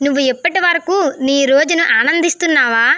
నువ్వు ఇప్పటివరకు నీ రోజును ఆనందిస్తున్నావా